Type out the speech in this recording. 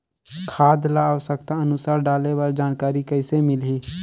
खाद ल आवश्यकता अनुसार डाले बर जानकारी कइसे मिलही?